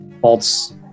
False